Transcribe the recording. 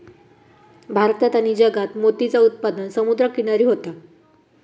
भारत आणि जगात मोतीचा उत्पादन समुद्र किनारी होता